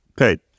Okay